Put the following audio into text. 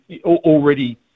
already